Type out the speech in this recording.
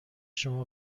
شما